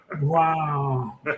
Wow